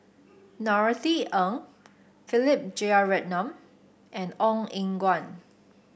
Norothy Ng Philip Jeyaretnam and Ong Eng Guan